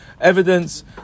Evidence